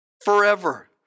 forever